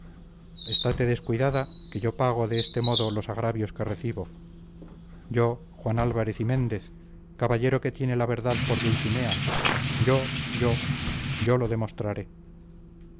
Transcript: estate descuidada que yo pago de este modo los agravios que recibo yo juan álvarez y méndez caballero que tiene la verdad por dulcinea yo yo yo lo demostraré